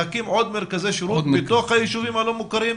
להקים עוד מרכזי שירות בתוך היישובים הלא מוכרים,